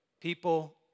people